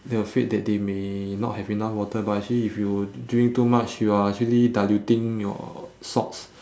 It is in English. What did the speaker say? they're afraid that they may not have enough water but actually if you drink too much you are actually diluting your salts